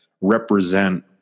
represent